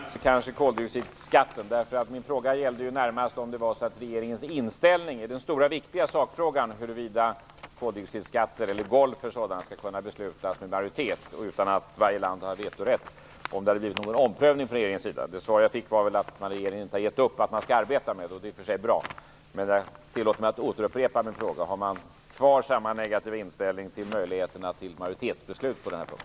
Fru talman! Det gällde kanske inte i första hand koldioxidskatten, utan min fråga gällde närmast regeringens inställning i den stora viktiga sakfrågan och om det har blivit en omprövning från regeringens sida när det gäller att ett golv för koldioxidskatter skall kunna beslutas med majoritet, utan att varje land har vetorätt. Det svar jag fick var väl att regeringen inte har gett upp och att man skall arbeta med detta. Det är i och för sig bra, men tillåt mig upprepa min fråga: Har man kvar samma negativa inställning till möjligheterna till majoritetsbeslut på denna punkt?